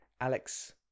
Alex